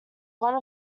one